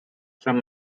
from